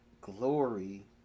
Glory